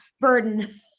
burden